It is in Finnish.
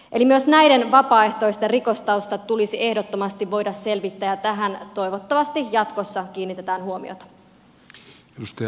eli myös näiden vapaaehtoisten rikostaustat tulisi ehdottomasti voida selvittää ja tähän toivottavasti jatkossa kiinnitetään huomiota